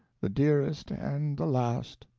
the dearest and the last.